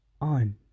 on